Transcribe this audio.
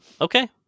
Okay